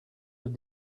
have